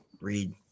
read